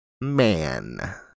man